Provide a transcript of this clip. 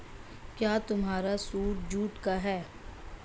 क्या तुम्हारा suit jute का है?